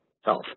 health